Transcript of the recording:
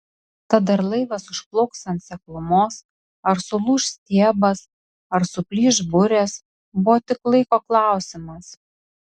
tad ar laivas užplauks ant seklumos ar sulūš stiebas ar suplyš burės buvo tik laiko klausimas